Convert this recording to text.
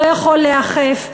לא יכול להיאכף.